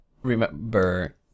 Remember